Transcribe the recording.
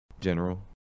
General